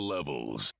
Levels